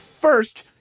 First